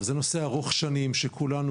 זה נושא ארוך שנים שכולנו,